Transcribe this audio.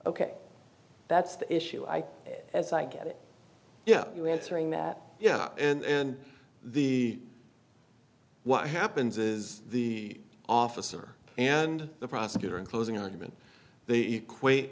k that's the issue i think as i get it yeah you answering that yeah and the what happens is the officer and the prosecutor in closing argument they equate